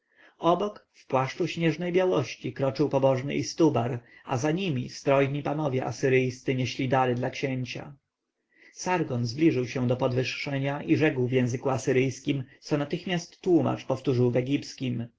obok w płaszczu śnieżnej białości kroczył pobożny istubar a za nimi strojni panowie asyryjscy nieśli dary dla księcia sargon zbliżył się do podwyższenia i rzekł w języku asyryjskim co natychmiast tłomacz powtórzył w egipskim